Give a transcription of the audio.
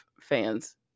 fans